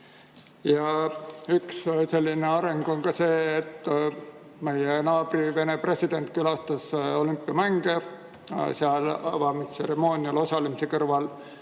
Üks selline areng on ka see, et meie naabri, Venemaa president külastas olümpiamänge ja seal avamistseremoonial osalemise kõrval